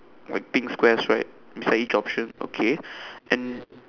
like pink squares right it's like each option okay and